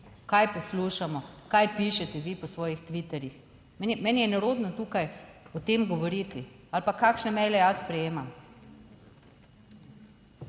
kaj poslušamo, kaj pišete vi po svojih Twitterjih, meni je nerodno tukaj o tem govoriti, ali pa kakšne maile jaz sprejemam,